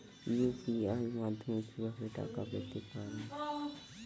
UPI মাধ্যমে কি ভাবে টাকা পেতে পারেন?